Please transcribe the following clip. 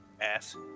Ass